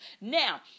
Now